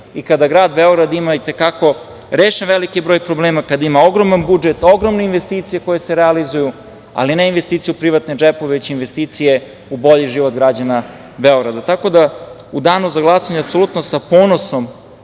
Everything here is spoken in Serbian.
i kada grad Beograd ima i te kako rešen veliki broj problema, kada ima ogroman budžet, ogromne investicije koje se realizuju, ali ne investiciju privatne džepove, već investicije u bolji život građana Beograda. Tako da u danu za glasanje, apsolutno sa ponosom